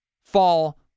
fall